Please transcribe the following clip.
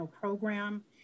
program